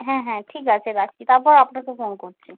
হ্যাঁ হ্যাঁ ঠিক আছে রাখছি তারপর আপনাকে ফোন করছি